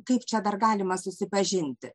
kaip čia dar galima susipažinti